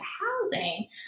housing